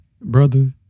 brother